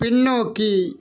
பின்னோக்கி